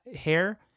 hair